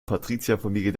patrizierfamilie